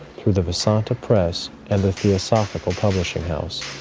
through the vasanta press and the theosophical publishing house.